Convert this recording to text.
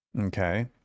Okay